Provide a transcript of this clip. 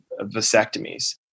vasectomies